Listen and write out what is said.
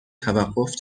توقف